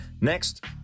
Next